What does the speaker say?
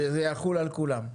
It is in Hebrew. שזה יחול על כולם.